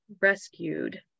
rescued